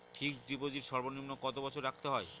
Fixed deposit সর্বনিম্ন কত বছর রাখতে হয়?